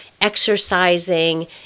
exercising